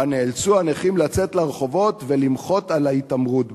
שבה נאלצו הנכים לצאת לרחובות ולמחות על ההתעמרות בהם.